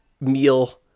meal